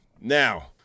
now